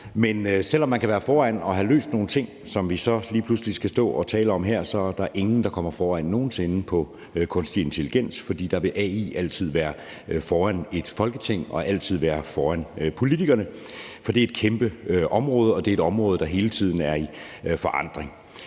Men selv om man kan være foran og have fået løst nogle ting, som vi så lige pludselig skal stå og tale om her, er der ingen, der nogen sinde kommer foran på kunstig intelligens. Der vil AI altid være foran et Folketing og altid være foran politikerne, for det er et kæmpe område, og det er et område, der hele tiden er i forandring.